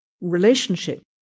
relationship